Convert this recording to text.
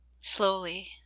slowly